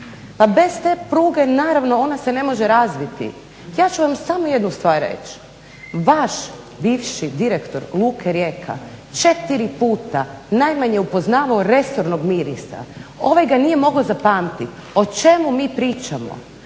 Pa bez te pruge naravno ona se ne može razviti. Ja ću vam samo jednu stvar reći. Vaš bivši direktor luke Rijeka 4 puta najmanje upoznavao resornog ministra. Ovaj ga nije mogao zapamtiti. O čemu mi pričamo?